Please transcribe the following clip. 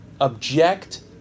object